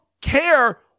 care